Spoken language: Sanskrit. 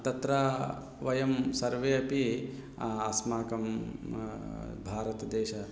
तत्र वयं सर्वे अपि अस्माकं भारतदेशस्य